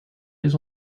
les